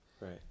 Right